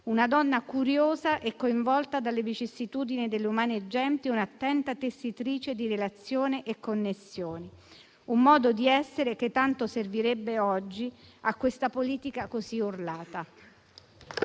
una donna curiosa e coinvolta dalle vicissitudini delle umani genti, un'attenta tessitrice di relazione e connessioni: un modo di essere che tanto servirebbe oggi a questa politica così urlata.